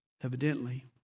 evidently